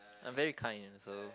I'm very kind and so